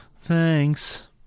Thanks